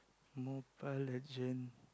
Mobile-Legend